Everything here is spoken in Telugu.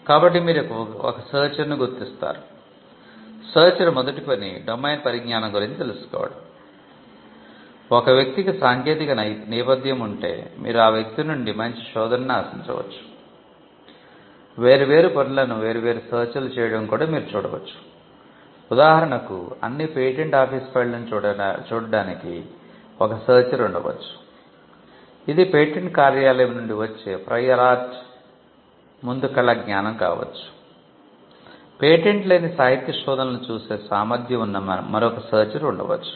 కాబట్టి మీరు ఒక సెర్చర్ కూడా ఉండవచ్చు